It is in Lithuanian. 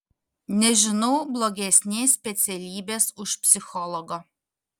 nežinau blogesnės specialybės už psichologo